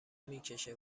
میکشه